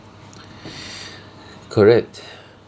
correct